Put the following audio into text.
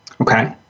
Okay